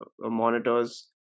monitors